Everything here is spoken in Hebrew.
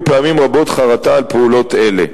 פעמים רבות בעבר חרטה על פעולות אלה,